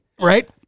right